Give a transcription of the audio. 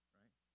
right